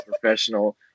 professional